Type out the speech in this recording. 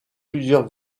plusieurs